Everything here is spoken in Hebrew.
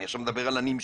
אני עכשיו מדבר על הנמשל,